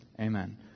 Amen